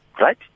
Right